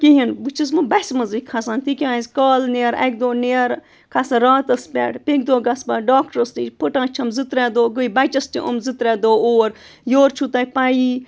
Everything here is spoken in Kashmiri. کِہیٖنۍ بہٕ چھَس وۄنۍ بَسہِ منٛزٕے کھَسان تِکیٛاز کالہٕ نیرٕ اَکہِ دۄہ نیرٕ کھسان راتَس پٮ۪ٹھ بیٚکہِ دۄہ گژھٕ پَتہٕ ڈاکٹرٛس نِش پھٕٹان چھَم زٕ ترٛےٚ دۄہ گٔے بَچَس تہِ یِم زٕ ترٛےٚ دۄہ اور یورٕ چھُو تۄہہِ پَیی